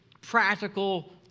practical